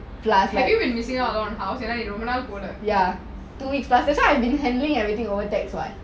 have you been missing a lot of house என்ன நீ ரொம்ப நாள் போல:enna nee romba naal pola